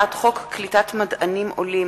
הצעת חוק קליטת מדענים עולים,